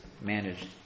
managed